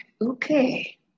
okay